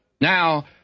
Now